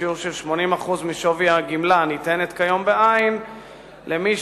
בשיעור של 80% משווי הגמלה הניתנת כיום בעין למי